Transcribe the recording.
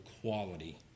quality